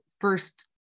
first